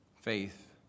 faith